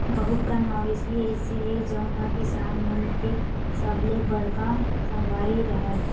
बहुत कन मवेशी अइसे हे जउन ह किसान मन के सबले बड़का संगवारी हरय